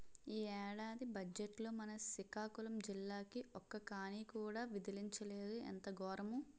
ఈ ఏడాది బజ్జెట్లో మన సికాకులం జిల్లాకి ఒక్క కానీ కూడా విదిలించలేదు ఎంత గోరము